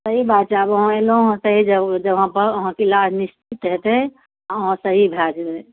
सही बात छै आब अहाँ अयलहुॅं हन सही जगह पर अहाॅंके इलाज निश्चित हेतै अहाँ सही भय जेबै